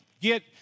get